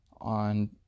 On